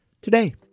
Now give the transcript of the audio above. today